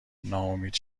نومید